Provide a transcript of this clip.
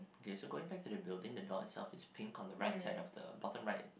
okay so going back to the building the door itself is pink on the right side of the bottom right